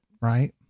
right